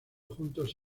juntos